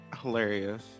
hilarious